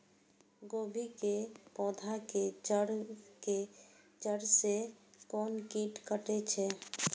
गोभी के पोधा के जड़ से कोन कीट कटे छे?